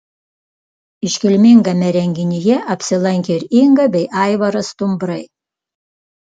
iškilmingame renginyje apsilankė ir inga bei aivaras stumbrai